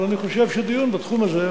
אבל אני חושב שדיון בתחום הזה,